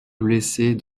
blessés